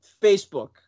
Facebook